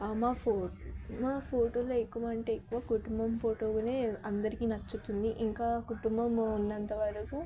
మా ఫో మా ఫోటోలు ఎక్కువ అంటే ఎక్కువ కుటుంబం ఫోటో అందరికి నచ్చుతుంది ఇంకా కుటుంబంలో ఉన్నంతవరకు